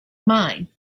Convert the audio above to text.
mine